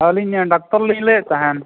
ᱟᱹᱞᱤᱧ ᱰᱟᱠᱛᱚᱨᱞᱤᱧ ᱞᱟᱹᱭᱮᱫ ᱛᱟᱦᱮᱱ